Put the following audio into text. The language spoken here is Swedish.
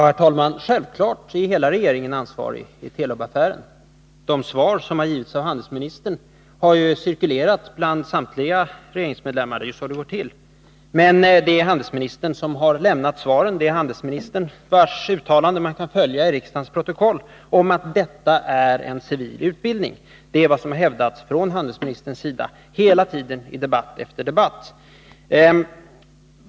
Herr talman! Sjävfallet är hela regeringen ansvarig i Telubaffären. De svar som givits av handelsministern har cirkulerat bland samtliga regeringsmedlemmar — det är ju så det går till. Men det är handelsministern som lämnat svaren, och det är uttalanden från handelsministern som man kan följa i riksdagens protokoll. Dessa uttalanden säger att det är fråga om en civil utbildning — det är vad som hela tiden har hävdats från handelsministerns sida i debatt efter debatt.